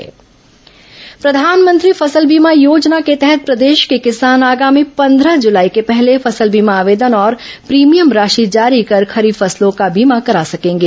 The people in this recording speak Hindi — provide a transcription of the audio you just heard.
कोरोना फसल बीमा प्रधानमंत्री फसल बीमा योजना के तहत प्रदेश के किसान आगामी पंद्रह जुलाई के पहले फसल बीमा आवेदन और प्रीमियम राशि जारी कर खरीफ फसलों का बीमा करा सकेंगे